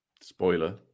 Spoiler